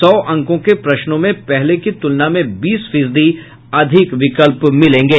सौ अंकों के प्रश्नों में पहले की तुलना में बीस फीसदी अधिक विकल्प मिलेंगे